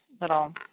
little